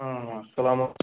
سَلاما سلام